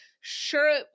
sure